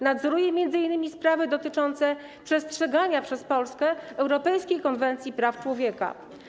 Nadzoruje m.in. sprawy dotyczące przestrzegania przez Polskę europejskiej konwencji praw człowieka.